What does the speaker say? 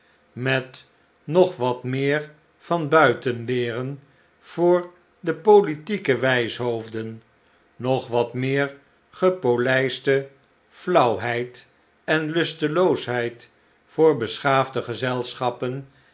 met nog wat meer van buiten leeren voor de politieke wijshoofden nog wat meer gepolijsteflauwheid en lusteloosheid voor beschaafde gezelschappen